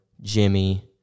Jimmy